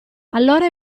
allora